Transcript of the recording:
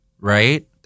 Right